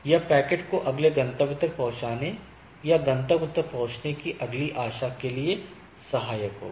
यह पैकेट को अगले गंतव्य तक पहुंचाने या गंतव्य तक पहुंचने के लिए अगली आशा के लिए सहायक होगा